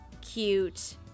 cute